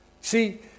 See